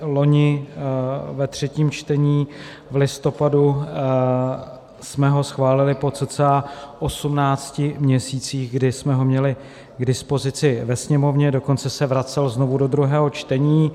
Loni ve třetím čtení v listopadu jsme ho schválili po cca osmnácti měsících, kdy jsme ho měli k dispozici ve Sněmovně, dokonce se vracel znovu do druhého čtení.